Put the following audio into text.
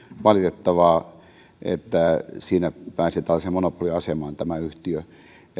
valitettavaa että siinä pääsi monopoliasemaan tämä yhtiö